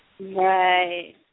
Right